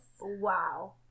Wow